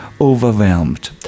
overwhelmed